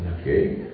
Okay